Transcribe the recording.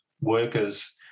workers